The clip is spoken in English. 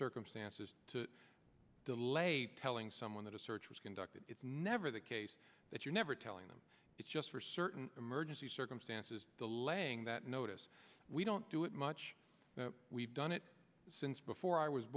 circumstances to delay telling someone that a search was conducted it's never the case that you're never telling them it's just for certain emergency circumstances delaying that notice we don't do it much we've done it since before i was